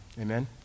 Amen